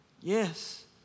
Yes